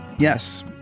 Yes